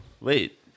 wait